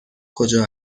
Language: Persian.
کجا